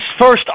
first